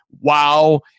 wow